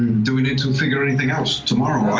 do we need to figure anything else tomorrow?